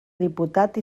diputat